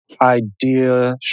Idea